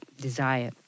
desire